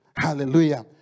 Hallelujah